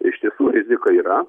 iš tiesų rizika yra